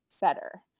better